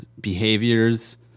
behaviors